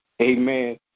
amen